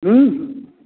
हुँ हुँ